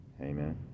amen